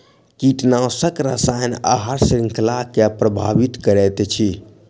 कीटनाशक रसायन आहार श्रृंखला के प्रभावित करैत अछि